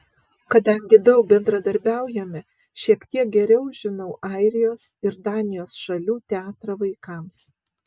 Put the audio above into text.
kadangi daug bendradarbiaujame šiek tiek geriau žinau airijos ir danijos šalių teatrą vaikams